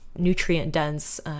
nutrient-dense